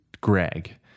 Greg